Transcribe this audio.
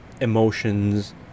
emotions